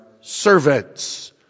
servants